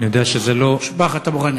אבו-גאנם, משפחת אבו-גאנם.